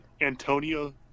Antonio